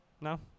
No